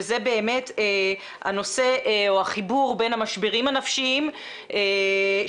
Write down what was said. וזה באמת החיבור בין המשברים הנפשיים שאנחנו